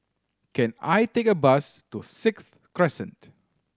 can I take a bus to Sixth Crescent